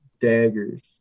daggers